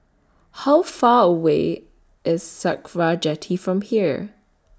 How Far away IS Sakra Jetty from here